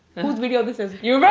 whose video this is? you ready?